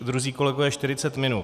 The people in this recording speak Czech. Druzí kolegové 40 minut.